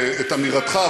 את אמירתך,